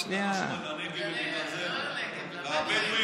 אני רוצה להגיד כמה דברים.